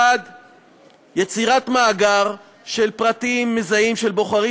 1. יצירת מאגר של פרטים מזהים של בוחרים